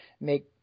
make